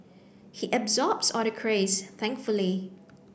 he absorbs all the craze thankfully